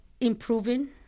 improving